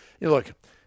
look